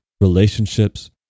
relationships